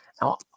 Now